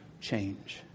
change